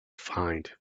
find